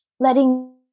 letting